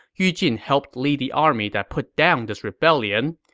yu jin helped lead the army that put down this rebellion.